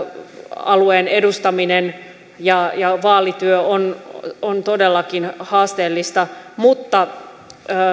alueen edustaminen ja ja vaalityö on on todellakin haasteellista mutta